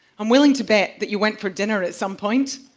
i'm willing to bet that you went for dinner at some point.